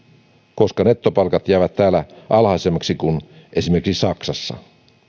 koska nettopalkat jäävät täällä alhaisemmiksi kuin esimerkiksi saksassa